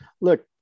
look